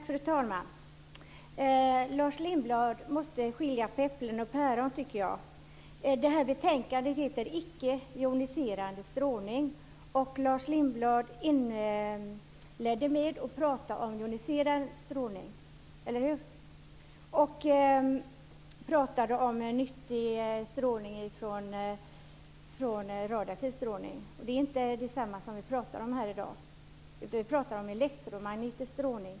Fru talman! Lars Lindblad måste skilja på äpplen och päron. Betänkandet heter Icke joniserande strålning, m.m. Men Lars Lindblad inledde med att prata om joniserande strålning, eller hur? Han pratade om nyttig strålning från radioaktiv strålning. Det är inte detsamma som det vi pratar om här i dag, utan vi pratar om elektromagnetisk strålning.